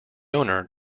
owner